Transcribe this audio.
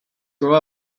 grow